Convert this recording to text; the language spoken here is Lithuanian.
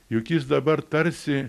juk jis dabar tarsi